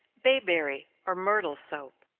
bayberry, or myrtle soap.